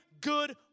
good